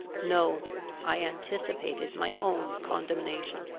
no i anticipated my own condemnation.